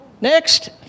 Next